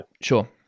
Sure